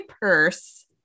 purse